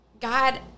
God –